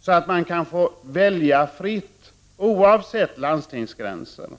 så att man kan få välja fritt oavsett landstingsgränsen.